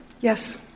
Yes